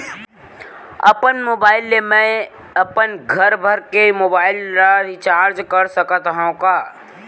अपन मोबाइल ले मैं अपन घरभर के मोबाइल ला रिचार्ज कर सकत हव का?